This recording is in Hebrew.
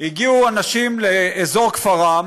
הגיעו אנשים לאזור כפרם